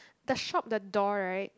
the shop the door right